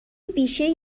بیشهای